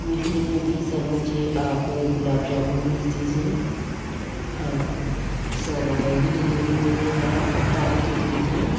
मीठे में भी सर मुझे आप गुलाब जामुन भेज दीजिए हाँ सर यह डिलिवरी मेरे यहाँ तारीख लिख लिजिए